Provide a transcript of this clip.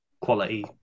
quality